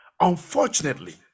Unfortunately